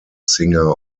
singer